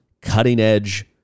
cutting-edge